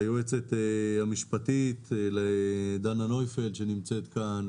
ליועצת המשפטית דנה נויפלד שנמצאת כאן,